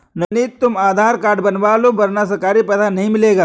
नवनीत तुम आधार कार्ड बनवा लो वरना सरकारी पैसा नहीं मिलेगा